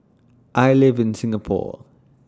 I live in Singapore